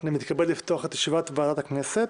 אני מתכבד לפתוח את ישיבת ועדת הכנסת.